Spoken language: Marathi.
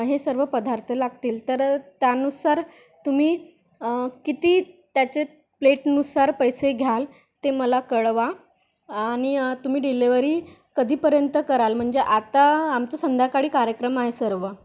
हे सर्व पदार्थ लागतील तर त्यानुसार तुम्ही किती त्याचे प्लेटनुसार पैसे घ्याल ते मला कळवा आणि तुम्ही डिलेवरी कधीपर्यंत कराल म्हणजे आता आमचं संध्याकाळी कार्यक्रम आहे सर्व